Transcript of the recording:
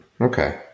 Okay